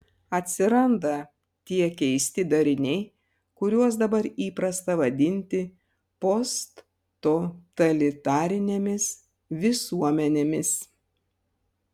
atsiranda tie keisti dariniai kuriuos dabar įprasta vadinti posttotalitarinėmis visuomenėmis